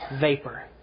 vapor